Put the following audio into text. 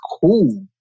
cool